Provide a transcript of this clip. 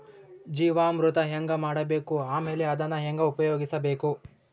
ಜೀವಾಮೃತ ಹೆಂಗ ಮಾಡಬೇಕು ಆಮೇಲೆ ಅದನ್ನ ಹೆಂಗ ಉಪಯೋಗಿಸಬೇಕು?